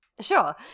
Sure